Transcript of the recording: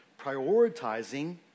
prioritizing